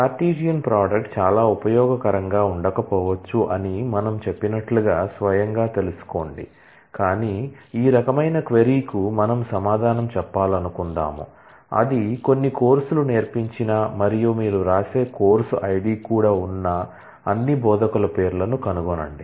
Cartesian product చాలా ఉపయోగకరంగా ఉండకపోవచ్చు అని మనము చెప్పినట్లుగా స్వయంగా తెలుసుకోండి కాని ఈ రకమైన క్వరీ కు మనము సమాధానం చెప్పాలనుకుందాం అది కొన్ని కోర్సు లు నేర్పించిన మరియు మీరు వ్రాసే కోర్సు ఐడి కూడా ఉన్న అన్ని బోధకుల పేర్లను కనుగొనండి